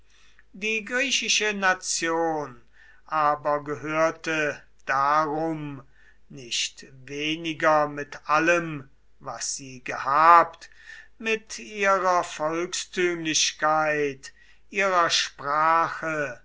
die griechische nation aber gehörte darum nicht weniger mit allem was sie gehabt mit ihrer volkstümlichkeit ihrer sprache